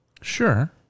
sure